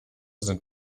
sind